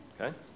Okay